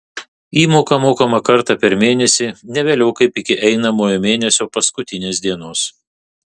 įmoka mokama kartą per mėnesį ne vėliau kaip iki einamojo mėnesio paskutinės dienos